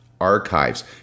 archives